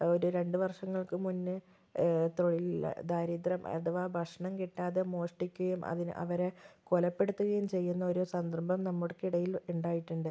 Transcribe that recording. ഒരു രണ്ടു വര്ഷങ്ങള്ക്ക് മുൻപേ തൊഴിലില്ലാ ദാരിദ്ര്യം അഥവാ ഭക്ഷണം കിട്ടാതെ മോഷ്ടിക്കുകയും അതിനു അവരെ കൊലപ്പെടുത്തുകയും ചെയ്യുന്ന ഒരു സന്ദര്ഭം നമ്മൾക്കിടയില് ഉണ്ടായിട്ടുണ്ട്